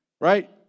right